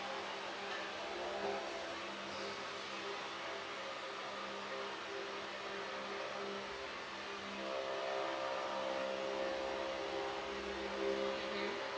mmhmm